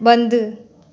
बंदि